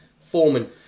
Foreman